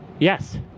Yes